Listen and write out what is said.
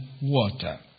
water